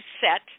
set